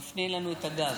הוא מפנה אלינו את הגב.